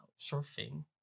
surfing